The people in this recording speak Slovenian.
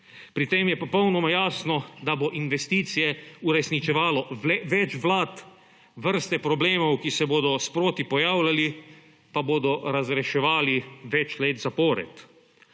Pri tem je popolnoma jasno, da bo investicije uresničevalo več vlad, vrsto problemov, ki se bodo sproti pojavljali, pa bodo razreševali več let zapored.